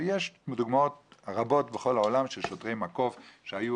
יש דוגמאות רבות מכל העולם של שוטרי מקוף שהיו